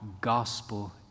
gospel